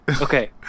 Okay